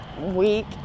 week